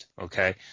Okay